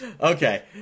Okay